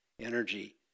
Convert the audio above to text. energy